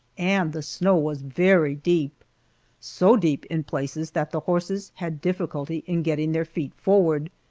and the snow was very deep so deep in places that the horses had difficulty in getting their feet forward,